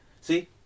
see